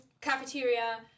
cafeteria